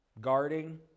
Guarding